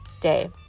day